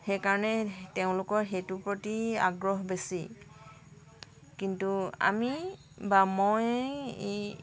সেইকাৰণে তেওঁলোকৰ সেইটোৰ প্ৰতি আগ্ৰহ বেছি কিন্তু আমি বা মই এই